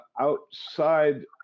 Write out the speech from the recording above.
outside